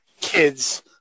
kids